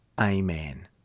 Amen